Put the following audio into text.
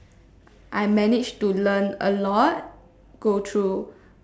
I manage to learn a lot go through